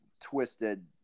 twisted